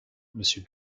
monsieur